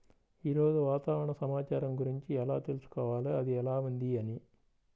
ఈరోజు వాతావరణ సమాచారం గురించి ఎలా తెలుసుకోవాలి అది ఎలా ఉంది అని?